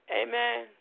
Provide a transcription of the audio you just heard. amen